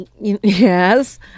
yes